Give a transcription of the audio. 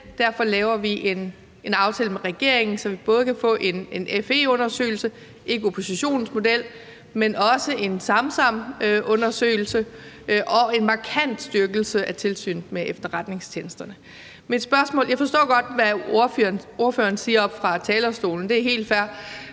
derfor laver vi en aftale med regeringen, så vi både kan få en FE-undersøgelse – ikke oppositionens model – men også en Samsamundersøgelse og en markant styrkelse af Tilsynet med Efterretningstjenesterne. Jeg forstår godt, hvad ordføreren siger oppe fra talerstolen, og det er helt fair.